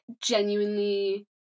genuinely